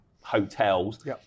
hotels